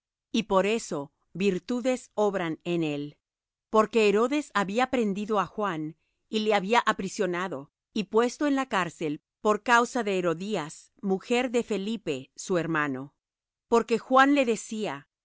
y por eso virtudes obran en él porque herodes había prendido á juan y le había aprisionado y puesto en la cárcel por causa de herodías mujer de felipe su hermano porque juan le decía no